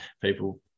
people